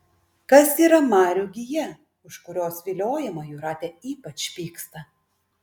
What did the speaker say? kas yra marių gija už kurios viliojimą jūratė ypač pyksta